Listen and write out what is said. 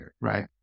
right